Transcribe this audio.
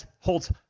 holds